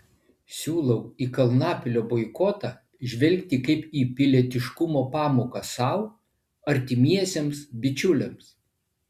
siūlau į kalnapilio boikotą žvelgti kaip į pilietiškumo pamoką sau artimiesiems bičiuliams